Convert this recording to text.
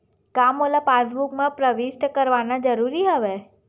का मोला पासबुक म प्रविष्ट करवाना ज़रूरी हवय?